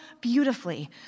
beautifully